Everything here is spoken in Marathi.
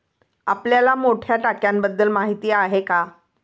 आपल्याला मोठ्या टाक्यांबद्दल माहिती आहे का?